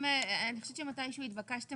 התבקשתם